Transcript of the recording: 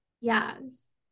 Yes